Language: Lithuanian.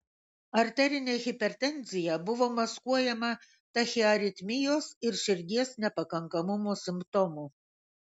arterinė hipertenzija buvo maskuojama tachiaritmijos ir širdies nepakankamumo simptomų